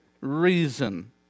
reason